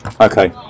Okay